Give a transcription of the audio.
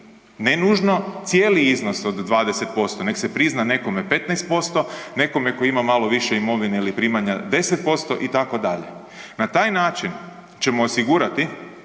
ne nužno cijeli iznos od 20%, nego se prizna nekome 15%, nekome tko ima malo više imovine ili primanja 10%, itd. Na taj način ćemo osigurati